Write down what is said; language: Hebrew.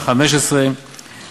אתה כל הזמן צועק: 4.4%,